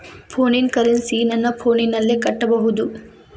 ಫೋನಿನ ಕರೆನ್ಸಿ ನನ್ನ ಫೋನಿನಲ್ಲೇ ಕಟ್ಟಬಹುದು?